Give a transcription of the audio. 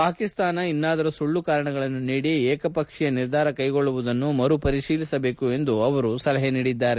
ಪಾಕಿಸ್ತಾನ ಇನ್ನಾದರೂ ಸುಳ್ಳು ಕಾರಣಗಳನ್ನು ನೀಡಿ ಏಕಪಕ್ಷೀಯ ನಿರ್ಧಾರ ಕ್ಕೆಗೊಳ್ಳುವುದನ್ನು ಮರುಪರಿಶೀಲಿಸಬೇಕು ಎಂದು ಅವರು ಹೇಳಿದರು